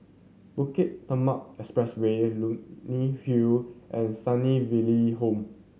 Bukit Timah Expressway Leonie Hill and Sunnyville Home